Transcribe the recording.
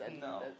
No